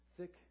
thick